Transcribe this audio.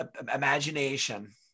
imagination